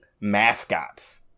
mascots